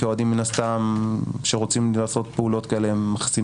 כי האוהדים מן הסתם שרוצים לעשות פעולות כאלה מכסים